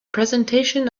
presentation